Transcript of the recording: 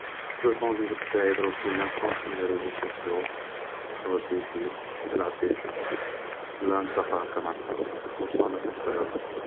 في لو طون ليبر تاعي بور لانستون ندخل لي ريزو صوصيو, نتفرج دي فيلم, نلعب دي جو, و لا نتلاقا هاكا معا صحابي, اور سا مكانش حاجة وحخرا